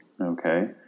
Okay